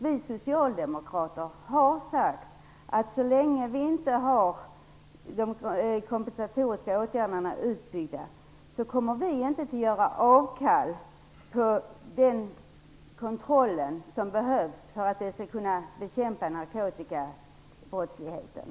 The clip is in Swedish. Vi socialdemokrater har sagt att så länge vi inte har de kompensatoriska åtgärderna utbyggda kommer vi inte att göra avkall på den kontroll som behövs för att vi skall kunna bekämpa narkotikabrottsligheten.